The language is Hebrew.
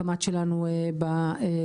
הקמ"ט שלנו באזור,